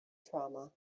trauma